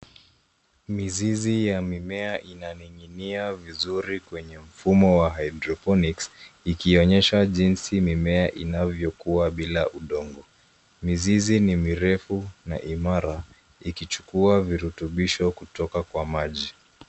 Mizizi ya mimea inaning'inia vizuri kwenye mfumo wa hydroponics ikionyesha jinsi mimea inayokua bila udongo. Mizizi ni mirefu na imara ikichukua virutubisho kutoka kwa maji.